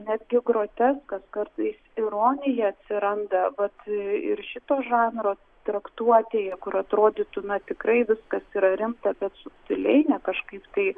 netgi groteskas kartais ironija atsiranda vat ir šito žanro traktuotėje kur atrodytų natikrai viskas yra rimta bet subtiliai ne kažkaip tai